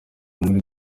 muri